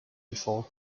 before